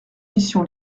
mission